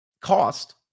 Cost